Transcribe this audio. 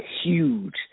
huge